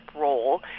role